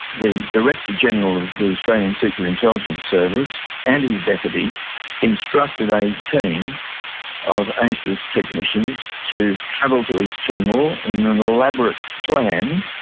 the director general of the australian secret intelligence service and his deputy instructed a team of asis technicians to travel to east timor in an elaborate plan,